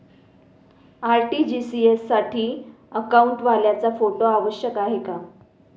RTGS साठी अकाउंटवाल्याचा photo आवश्यक आहे का?